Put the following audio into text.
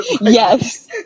Yes